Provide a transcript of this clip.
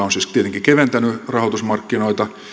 on siis tietenkin keventänyt rahoitusmarkkinoita